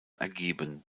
ergeben